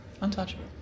Untouchable